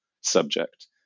subject